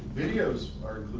videos are